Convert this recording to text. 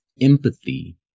empathy